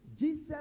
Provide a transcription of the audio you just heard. Jesus